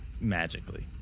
magically